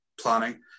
planning